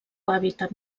hàbitat